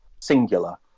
singular